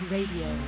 Radio